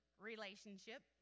Relationship